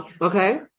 Okay